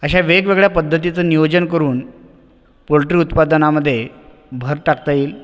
अशा वेगवेगळ्या पध्दतीचं नियोजन करून पोल्ट्री उत्पादनामधे भर टाकता येईल